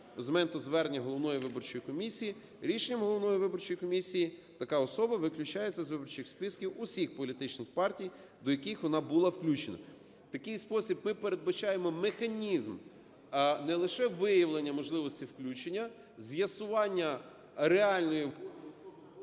з моменту звернення головної виборчої комісії, рішенням головної виборчої комісії така особа виключається з виборчих списків усіх політичних партій, до яких вона була включена" В такий спосіб ми передбачаємо механізм не лише виявлення можливості включення, з'ясування реальної… ГОЛОВУЮЧИЙ.